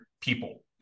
people